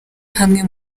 hamwe